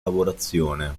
lavorazione